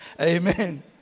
Amen